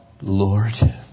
Lord